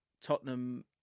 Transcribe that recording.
Tottenham